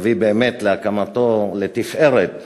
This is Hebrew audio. יביא להקמתו לתפארת